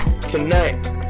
Tonight